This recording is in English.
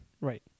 Right